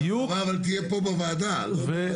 ביבוא אין היום תקן, עכשיו מה יקרה?